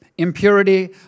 Impurity